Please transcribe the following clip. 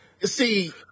see